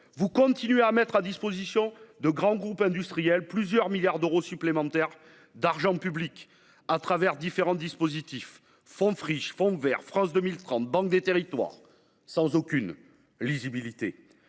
Vous continuez de mettre à disposition de grands groupes industriels plusieurs milliards d’euros supplémentaires d’argent public à travers différents dispositifs institutionnels – fonds Friches, fonds vert, France 2030, Banque des territoires… – sans aucune lisibilité.